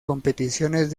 competiciones